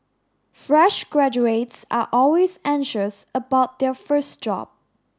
fresh graduates are always anxious about their first job